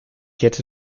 hätte